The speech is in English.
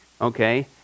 Okay